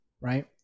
right